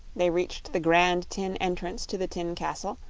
they reached the grand tin entrance to the tin castle,